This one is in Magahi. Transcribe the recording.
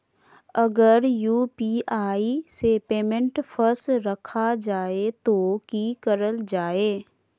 अगर यू.पी.आई से पेमेंट फस रखा जाए तो की करल जाए?